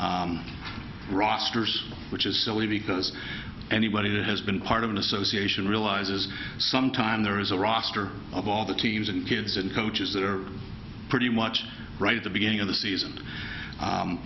rosters which is silly because anybody who has been part of an association realizes sometime there is a roster of all the teams and kids and coaches that are pretty much right at the beginning of the season